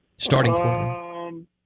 Starting